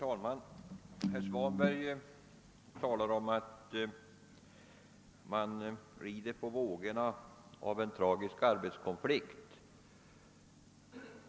Herr talman! Herr Svanberg sade att vi rider på vågorna av en tragisk arbetskonflikt.